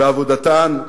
בעבודתן,